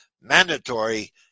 mandatory